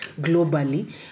globally